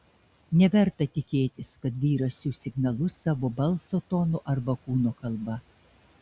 neverta tikėtis kad vyras siųs signalus savo balso tonu arba kūno kalba